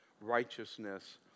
righteousness